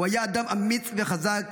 הוא היה אדם אמיץ וחזק,